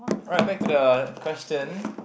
alright back to the question